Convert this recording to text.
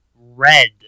red